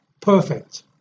perfect